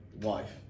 wife